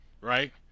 right